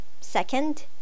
Second